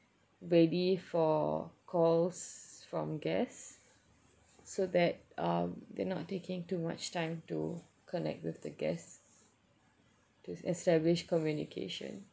ready for calls from guests so that um they're not taking too much time to connect with the guests to establish communication